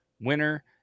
Winner